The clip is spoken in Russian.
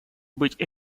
быть